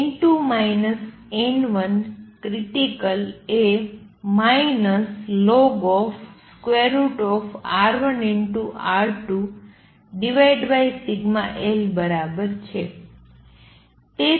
n2 n1 critical એ ln√ σl બરાબર છે